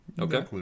okay